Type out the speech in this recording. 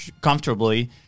comfortably